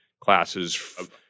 classes